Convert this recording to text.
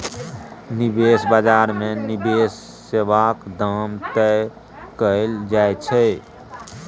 निबेश बजार मे निबेश सेबाक दाम तय कएल जाइ छै